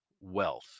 wealth